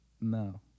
No